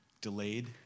Delayed